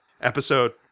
episode